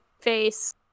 face